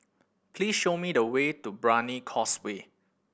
please show me the way to Brani Causeway